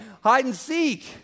hide-and-seek